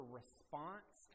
response